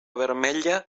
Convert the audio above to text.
vermella